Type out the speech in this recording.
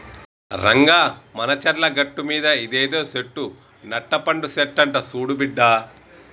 రంగా మానచర్ల గట్టుమీద ఇదేదో సెట్టు నట్టపండు సెట్టంట సూడు బిడ్డా